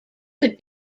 could